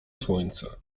słońce